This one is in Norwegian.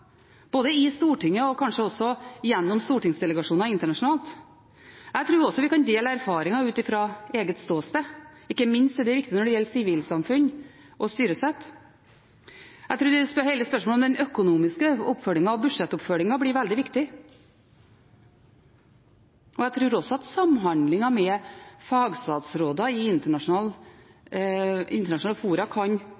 både i Stortinget og kanskje også gjennom stortingsdelegasjoner internasjonalt. Jeg tror også vi kan dele erfaringer fra eget ståsted – ikke minst er det viktig når det gjelder sivilsamfunn og styresett. Jeg tror hele spørsmålet om den økonomiske oppfølgingen og budsjettoppfølgingen blir veldig viktig, og jeg tror også at samhandlingen med fagstatsråder i internasjonale fora kan